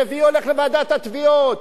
רביעי הולך לוועידת התביעות,